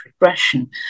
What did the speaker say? regression